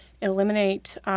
eliminate